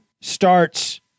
starts